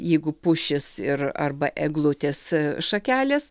jeigu pušis ir arba eglutės šakelės